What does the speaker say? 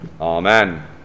Amen